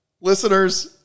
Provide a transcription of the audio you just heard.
Listeners